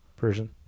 version